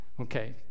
Okay